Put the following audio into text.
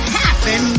happen